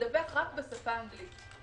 לדווח רק בשפה האנגלית.